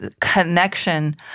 connection